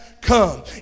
Come